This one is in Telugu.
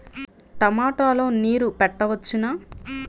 టమాట లో నీరు పెట్టవచ్చునా?